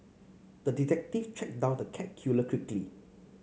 the detective tracked down the cat killer quickly